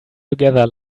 together